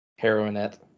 Heroinette